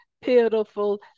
pitiful